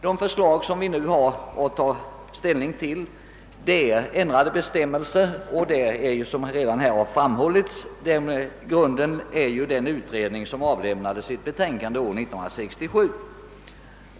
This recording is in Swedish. Det förslag som vi nu har att ta ställning till gäller ändrade bestämmelser för föreningarna, och såsom redan framhållits bygger förslaget på det betänkande som utredningen avlämnade 1967.